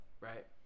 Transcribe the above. Right